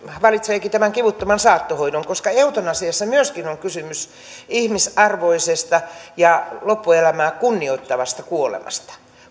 valitseekin tämän kivuttoman saattohoidon koska eutanasiassa myöskin on kysymys ihmisarvoisesta ja loppuelämää kunnioittavasta kuolemasta